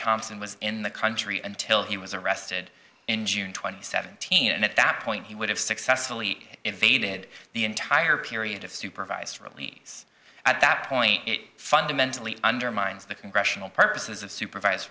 thompson was in the country and till he was arrested in june twenty seventh teen and at that point he would have successfully invaded the entire period of supervised release at that point it fundamentally undermines the congressional purposes of supervise